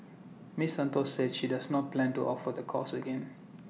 miss Santos said she does not plan to offer the course again